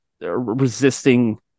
resisting